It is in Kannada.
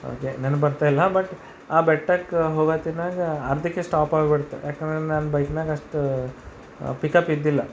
ಅದೇ ನೆನಪು ಬರ್ತಾಯಿಲ್ಲ ಬಟ್ ಆ ಬೆಟ್ಟಕ್ಕೆ ಹೋಗೊ ಹೊತ್ತಿನಾಗೆ ಅರ್ಧಕ್ಕೆ ಸ್ಟಾಪ್ ಆಗ್ಬಿಡ್ತು ಯಾಕಂದ್ರೆ ನನ್ನ ಬೈಕ್ನಾಗ ಅಷ್ಟು ಪಿಕಪ್ ಇದ್ದಿಲ್ಲ